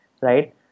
right